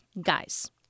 Guys